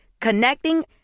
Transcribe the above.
Connecting